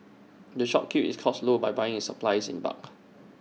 the shop keeps its costs low by buying its supplies in bulk